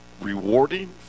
Rewarding